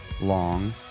long